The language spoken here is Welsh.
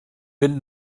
fynd